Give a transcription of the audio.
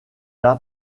l’a